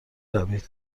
روید